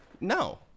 No